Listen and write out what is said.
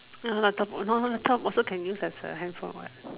now laptop now laptop also can use as a handphone what